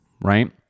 right